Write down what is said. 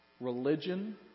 religion